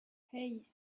hey